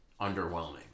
underwhelming